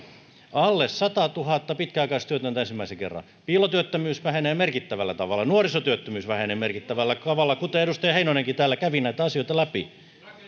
alle satatuhatta pitkäaikaistyötöntä ensimmäisen kerran piilotyöttömyys vähenee merkittävällä tavalla nuorisotyöttömyys vähenee merkittävällä tavalla kuten edustaja heinonenkin täällä kävi näitä asioita läpi